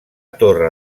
torre